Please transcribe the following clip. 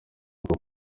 bwo